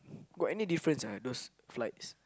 got any difference ah those flights